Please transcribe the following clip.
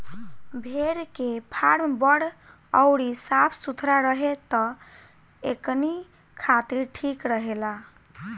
भेड़ के फार्म बड़ अउरी साफ सुथरा रहे त एकनी खातिर ठीक रहेला